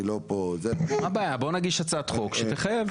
על מהנדס העיר לתכנן את האירוע,